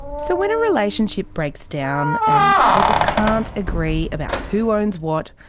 so. when a relationship breaks down, and people can't agree about who owns what,